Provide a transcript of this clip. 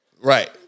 Right